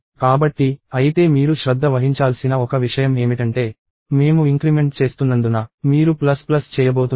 కాబట్టి అయితే మీరు శ్రద్ధ వహించాల్సిన ఒక విషయం ఏమిటంటే మేము ఇంక్రిమెంట్ చేస్తున్నందున మీరు ప్లస్ ప్లస్ చేయబోతున్నారు